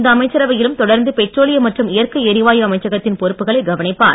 இந்த அமைச்சரவையிலும் தொடர்ந்து பெட்ரோலிய மற்றும் இயற்கை எரிவாயு அமைச்சகத்தின் பொறுப்புகளை கவனிப்பார்